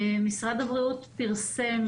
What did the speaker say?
משרד הבריאות פרסם